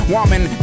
Woman